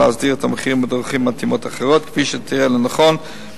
להסדיר את המחירים בדרכים מתאימות אחרות כפי שתראה לנכון,